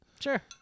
Sure